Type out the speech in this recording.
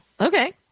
okay